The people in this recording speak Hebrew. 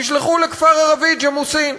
שנשלחו לכפר הערבי ג'מאסין.